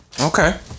Okay